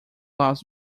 loves